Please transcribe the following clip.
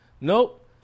Nope